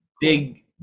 big